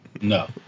no